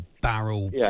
barrel